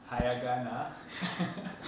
hi yagana